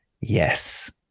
Yes